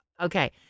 Okay